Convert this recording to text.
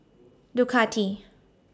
Ducati